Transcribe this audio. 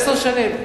עשר שנים.